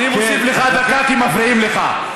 אני מוסיף לך דקה, כי מפריעים לך.